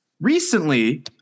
Recently